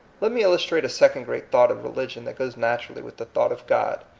let me illustrate a second great thought of religion that goes naturally with the thought of god,